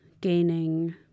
gaining